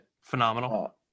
Phenomenal